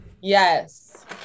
Yes